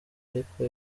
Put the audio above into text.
ariko